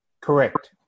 Correct